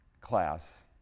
class